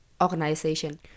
organization